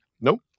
Nope